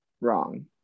wrong